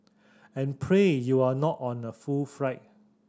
and pray you're not on a full flight